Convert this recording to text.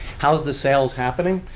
how is the sales happening?